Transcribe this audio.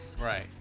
Right